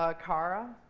ah cara.